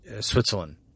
Switzerland